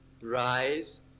rise